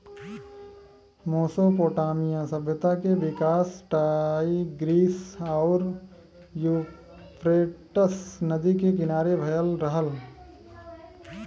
Mesopotamia सभ्यता के विकास टाईग्रीस आउर यूफ्रेटस नदी के किनारे भयल रहल